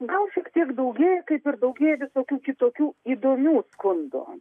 gal šiek tiek daugėja kaip ir daugėja visokių kitokių įdomių skundų